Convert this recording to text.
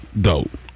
dope